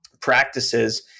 practices